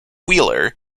wheeler